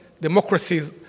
democracies